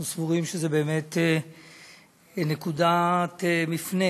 אנחנו סבורים שזאת באמת נקודת מפנה